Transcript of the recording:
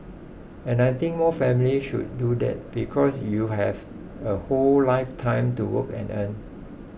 and I think more families should do that because you have a whole lifetime to work and earn